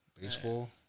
Baseball